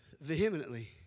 vehemently